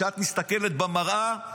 כשאת מסתכלת במראה,